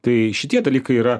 tai šitie dalykai yra